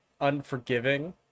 unforgiving